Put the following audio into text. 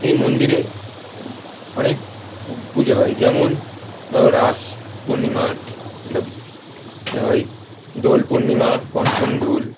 এই মন্দিরে অনেক পূজা হয় যেমন ধরো রাস পূর্ণিমার একটা এ হয় দোল পূর্ণিমা পঞ্চম দোল